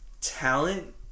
talent